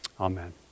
Amen